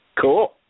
Cool